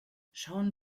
schauen